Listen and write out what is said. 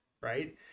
right